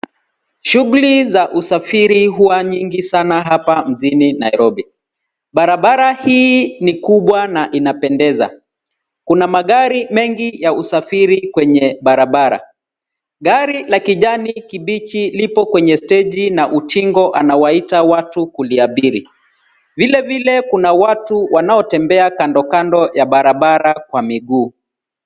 Shughuli za usafiri huwa nyingi sana hapa mjini Nairobi. Barabara hii ni kubwa, na inapendeza. Kuna magari mengi ya usafiri kwenye barabara. Gari la kijani kibichi lipo kwenye steji na utingo anawaita watu kuliabiri. Vilevile, kuna watu wanaotembea kando kando ya barabara kwa miguu.